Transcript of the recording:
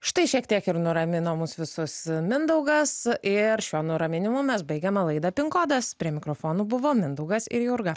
štai šiek tiek ir nuramino mus visus mindaugas ir šio nuraminimu mes baigiame laidą pinkodas prie mikrofonų buvo mindaugas ir jurga